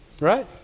Right